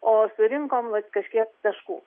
o surinkom vat kažkiek taškų